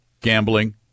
gambling